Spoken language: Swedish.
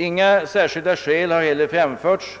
Inga särskilda skäl har heller framförts